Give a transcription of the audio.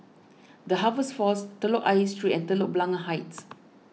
the Harvest force Telok Ayer Street and Telok Blangah Heights